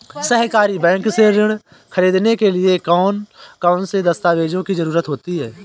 सहकारी बैंक से ऋण ख़रीदने के लिए कौन कौन से दस्तावेजों की ज़रुरत होती है?